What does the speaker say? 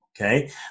okay